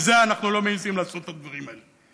כי זה, אנחנו לא מעזים לעשות את הדברים האלה.